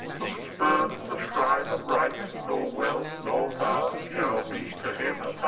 who spurns the shrine of right, nor wealth nor power shall be to him